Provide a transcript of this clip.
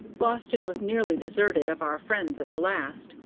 boston was nearly deserted of our friends at the last,